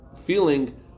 feeling